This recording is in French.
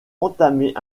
entamé